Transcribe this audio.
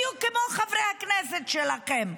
בדיוק כמו חברי הכנסת שלכם.